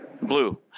Blue